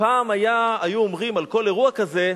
פעם היו אומרים על כל אירוע כזה: